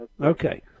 Okay